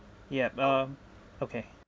yup um okay